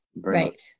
Right